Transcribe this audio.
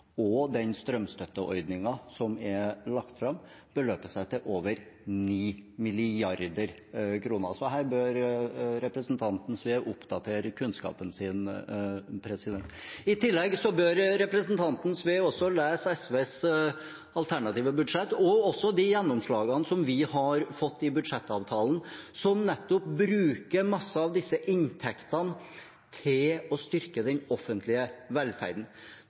og i strømstøtteordningen som er lagt fram, beløper seg til over 9 mrd. kr. Så her bør representanten Sve oppdatere kunnskapen sin. I tillegg bør representanten Sve lese SVs alternative budsjett og også se på de gjennomslagene vi har fått i budsjettavtalen, som nettopp bruker mye av disse inntektene til å styrke den offentlige velferden.